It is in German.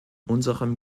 unserem